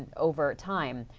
over time.